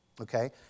Okay